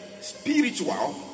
spiritual